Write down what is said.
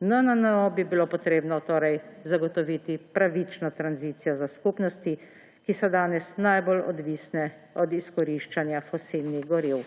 NNOO bi bilo treba torej zagotoviti pravično tranzicijo za skupnosti, ki so danes najbolj odvisne od izkoriščanja fosilnih goriv.